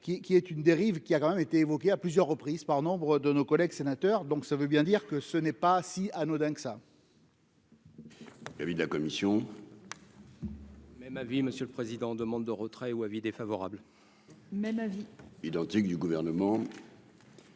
qui est une dérive qui a quand même été évoqué à plusieurs reprises par nombre de nos collègues sénateurs, donc ça veut bien dire que ce n'est pas si anodin que ça.